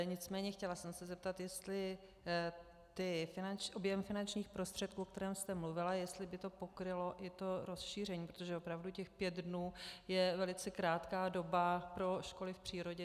Nicméně chtěla jsem se zeptat, jestli ten objem finančních prostředků, o kterém jste mluvila, jestli by to pokrylo i to rozšíření, protože opravdu těch pět dnů je velice krátká doba pro školy v přírodě.